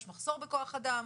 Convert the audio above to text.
יש מחסור בכוח אדם,